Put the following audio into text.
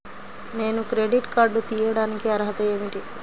నేను credit card తీయడానికి అర్హత ఏమిటి?